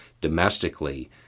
domestically